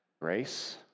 Grace